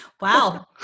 Wow